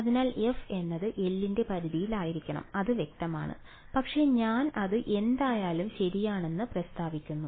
അതിനാൽ f എന്നത് L ന്റെ പരിധിയിലായിരിക്കണം അത് വ്യക്തമാണ് പക്ഷേ ഞാൻ അത് എന്തായാലും ശരിയാണെന്ന് പ്രസ്താവിക്കുന്നു